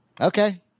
Okay